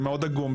זה מאוד עגום,